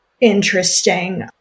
interesting